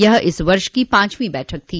यह इस वर्ष की पाचवी बैठक थी